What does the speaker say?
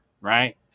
right